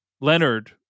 Leonard